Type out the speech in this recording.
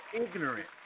ignorant